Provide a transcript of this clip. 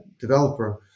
developer